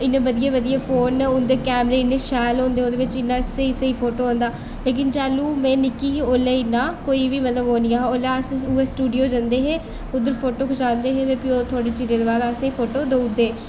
इन्ने बधिया बधिया फोन न उं'दे कैमरे इन्ने शैल होंदे ओह्दे बिच्च इन्ना स्हेई स्हेई फोटो औंदा लेकिन जैह्लूं में निक्की ही उसलै इन्ना कोई बी इन्ना ओह् निं ही अस स्टूडियो जंदे हे उत्थै फोटो खचांदे हे ते थोह्ड़ी चिरै दे बाद फोटो देई ओड़दे हे